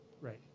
Right